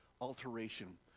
alteration